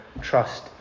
trust